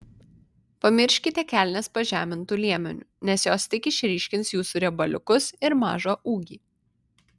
pamirškite kelnes pažemintu liemeniu nes jos tik išryškins jūsų riebaliukus ir mažą ūgį